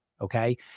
Okay